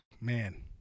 Man